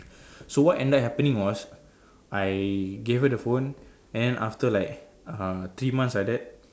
so what ended happening was I gave her the phone and then after like uh three months like that